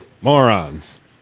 Morons